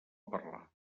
parlar